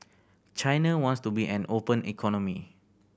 China wants to be an open economy